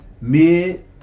Mid